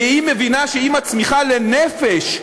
והיא מבינה שאם הצמיחה לנפש,